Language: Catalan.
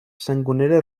sangonera